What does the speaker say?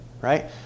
right